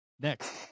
next